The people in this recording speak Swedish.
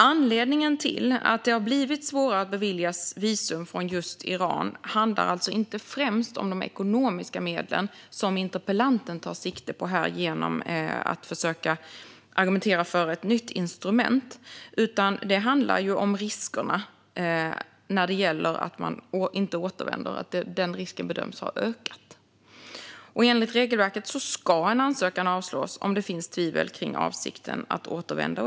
Anledningen till att det har blivit svårare för iranska medborgare att beviljas visum handlar inte främst om ekonomiska medel, vilket interpellanten tar sikte på genom att försöka argumentera för ett nytt instrument, utan det handlar om att risken att personer inte återvänder bedöms ha ökat. Enligt regelverket ska en ansökan avslås om det finns tvivel om avsikten att återvända.